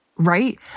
Right